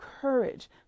courage